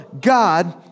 God